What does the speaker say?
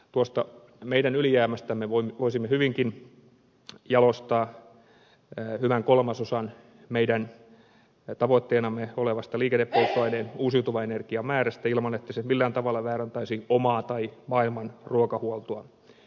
tuosta meidän ylijäämästämme voisimme hyvinkin jalostaa hyvän kolmasosan meidän tavoitteenamme olevasta liikennepolttoaineen uusiutuvan energian määrästä ilman että se millään tavalla vaarantaisi omaa tai maailman ruokahuoltoa